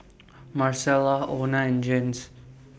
Marcella Ona and Jens